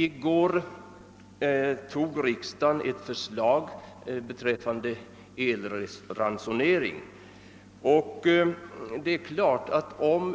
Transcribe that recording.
I går antog riksdagen ett förslag beträffande elransonering. Om